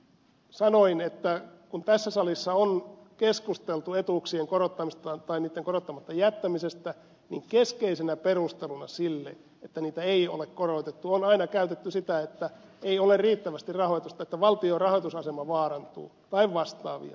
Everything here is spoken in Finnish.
sanoin että kun tässä salissa on keskusteltu etuuksien korottamisesta tai niitten korottamatta jättämisestä niin keskeisenä perusteluna sille että niitä ei ole korotettu on aina käytetty sitä että ei ole riittävästi rahoitusta että valtion rahoitusasema vaarantuu tai vastaavia